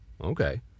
okay